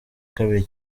kabiri